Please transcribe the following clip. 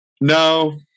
no